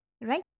Right